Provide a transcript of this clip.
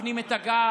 מפנים את הגב,